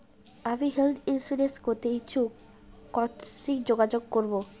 আমি health insurance করতে ইচ্ছুক কথসি যোগাযোগ করবো?